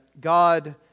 God